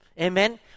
Amen